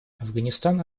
афганистан